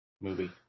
movie